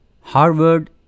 Harvard